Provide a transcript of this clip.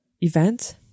event